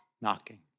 knocking